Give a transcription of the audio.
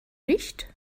nicht